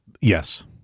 yes